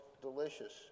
delicious